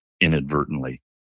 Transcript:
inadvertently